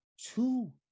two